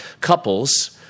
couples